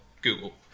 Google